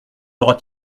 sera